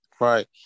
right